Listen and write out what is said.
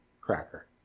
cracker